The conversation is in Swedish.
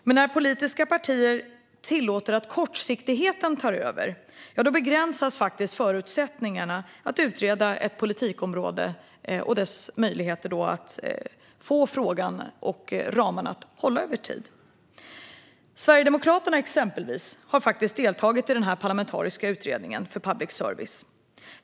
Men när politiska partier tillåter att kortsiktigheten tar över begränsas faktiskt förutsättningarna att utreda ett politikområde och möjligheterna att få frågan och ramarna att hålla över tid. Sverigedemokraterna har deltagit i den här parlamentariska utredningen för public service.